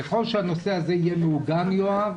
ככל שהנושא הזה יהיה מעוגן יואב,